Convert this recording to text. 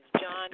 John